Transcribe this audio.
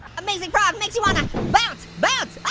amazing frog makes you want to bounce, bounce. oh